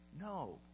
No